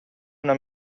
una